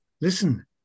Listen